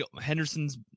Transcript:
Henderson's –